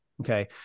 Okay